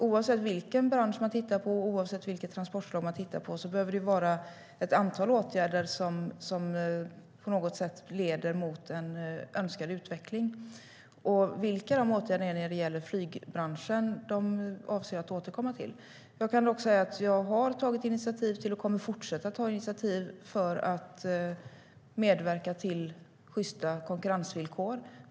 Oavsett vilken bransch och vilket transportslag man tittar på bör det självklart vara ett antal åtgärder som på något sätt leder fram till en önskad utveckling. Vilka dessa åtgärder är när det gäller flygbranschen avser jag att återkomma till. Jag kan dock säga att jag har tagit och kommer att fortsätta att ta initiativ för att medverka till sjysta konkurrensvillkor.